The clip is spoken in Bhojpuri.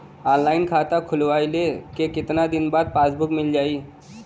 ऑनलाइन खाता खोलवईले के कितना दिन बाद पासबुक मील जाई?